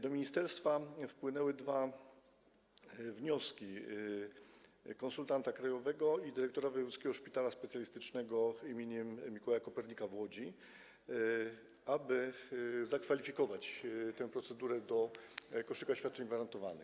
Do ministerstwa wpłynęły dwa wnioski: konsultanta krajowego i dyrektora wojewódzkiego szpitala specjalistycznego im. Mikołaja Kopernika w Łodzi, aby zakwalifikować tę procedurę do koszyka świadczeń gwarantowanych.